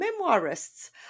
memoirists